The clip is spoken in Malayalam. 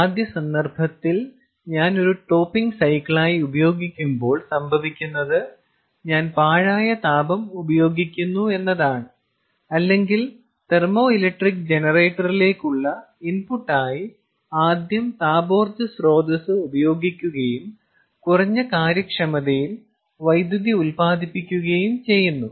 ആദ്യ സന്ദർഭത്തിൽ ഞാൻ ഒരു ടോപ്പിംഗ് സൈക്കിളായി ഉപയോഗിക്കുമ്പോൾ സംഭവിക്കുന്നത് ഞാൻ പാഴായ താപം ഉപയോഗിക്കുന്നു അല്ലെങ്കിൽ തെർമോഇലക്ട്രിക് ജനറേറ്ററിലേക്കുള്ള ഇൻപുട്ടായി ആദ്യം താപോർജ്ജ സ്രോതസ്സ് ഉപയോഗിക്കുകയും കുറഞ്ഞ കാര്യക്ഷമതയിൽ വൈദ്യുതി ഉൽപ്പാദിപ്പിക്കുകയും ചെയ്യുന്നു